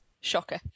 Shocker